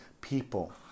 people